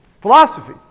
Philosophy